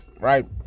right